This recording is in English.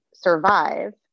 survive